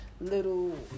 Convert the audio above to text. little